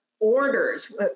orders